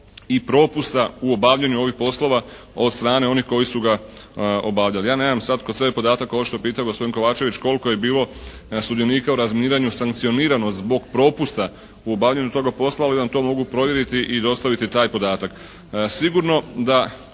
i propusta u obavljanju ovih poslova od strane onih koji su ga obavljali. Ja nemam sada kod sebe podatak ovo što je pitao gospodin Kovačević koliko je bilo sudionika u razminiranju sankcionirano zbog propusta u obavljanju toga posla, ali vam to mogu provjeriti i dostaviti taj podatak.